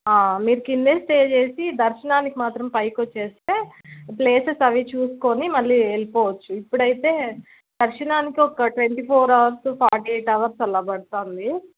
మీరు కింద స్టే చేసి దర్శనానికి మాత్రం పైకి వచ్చేస్తే ప్లేసెస్ అవి చూసుకొని మళ్ళీ వెళ్ళిపోవచ్చు ఇప్పుడైతే దర్శనానికి ఒక twenty four hours forty eight hours అలా పదుతుంది